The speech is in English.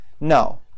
no